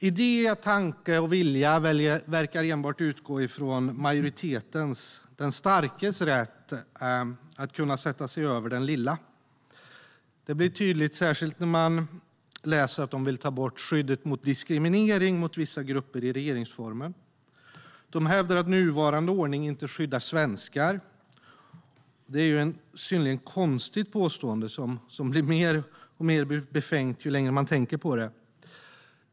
Idé, tanke och vilja verkar enbart utgå från majoritetens, den starkes, rätt att kunna sätta sig över den lilla människan. Det blir tydligt, särskilt när man läser att de i regeringsformen vill ta bort skyddet mot diskriminering för vissa grupper. De hävdar att nuvarande ordning inte skyddar svenskar. Det är ett synnerligen konstigt påstående som blir mer och mer befängt ju längre man tänker på det.